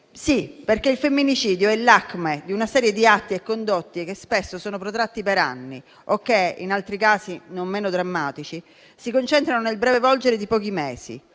uccise. Il femminicidio, infatti, è l'acme di una serie di atti e condotte che spesso sono protratti per anni o che, in altri casi non meno drammatici, si concentrano nel breve volgere di pochi mesi.